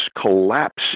collapse